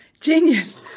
genius